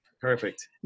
perfect